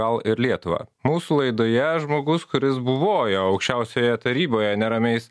gal ir lietuvą mūsų laidoje žmogus kuris buvojo aukščiausioje taryboje neramiais